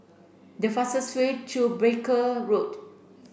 the fastest way to Barker Road